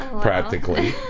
practically